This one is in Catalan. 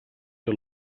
que